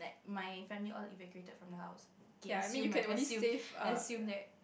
my family all evacuated from the house K assume right assume assume that